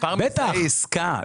מספר מזהה עסקה.